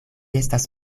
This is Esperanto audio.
estas